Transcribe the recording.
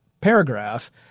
paragraph